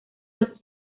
los